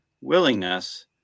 willingness